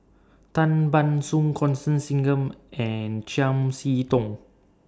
Tan Ban Soon Constance Singam and Chiam See Tong